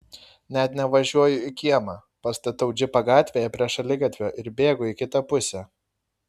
net nevažiuoju į kiemą pastatau džipą gatvėje prie šaligatvio ir bėgu į kitą pusę